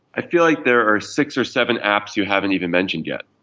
i feel like there are six or seven apps you haven't even mentioned yet.